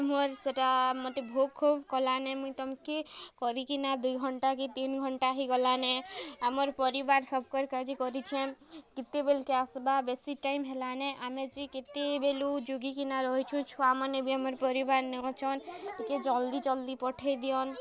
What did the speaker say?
ମୋର୍ ସେଟା ମତେ ଭୋକ୍ ଖୋବ୍ କଲାନେ ମୁଇଁ ତମ୍କେ କରିକିନା ଦୁଇ ଘଣ୍ଟା କି ତିନ୍ ଘଣ୍ଟା ହେଇଗଲାନେ ଆମର୍ ପରିବାର୍ ସବ୍କର୍ କା'ଯେ କରିଛେଁ କେତେବେଲ୍ କେ ଆସ୍ବା ବେଶି ଟାଇମ୍ ହେଲାନେ ଆମେ ଯେ କେତେବେଲୁ ଜଗିକିନା ରହିଛୁଁ ଛୁଆମାନେ ବି ଆମର୍ ପରିବାର୍ ନେ ଅଛନ୍ ଟିକେ ଜଲ୍ଦି ଜଲ୍ଦି ପଠେଇ ଦିଅନ୍